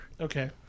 Okay